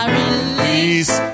release